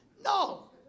No